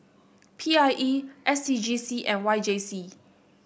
P I E S C G C and Y J C